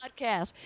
podcast